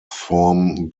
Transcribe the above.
form